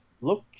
look